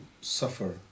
suffer